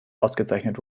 ausgezeichnet